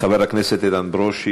חבר הכנסת איתן ברושי,